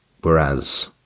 whereas